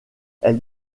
elle